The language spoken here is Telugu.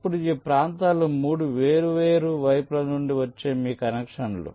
ఇప్పుడు ఈ ప్రాంతాలు 3 వేర్వేరు వైపుల నుండి వచ్చే మీ కనెక్షన్లు